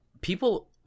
people